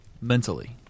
mentally